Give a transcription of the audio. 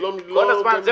כל הזמן,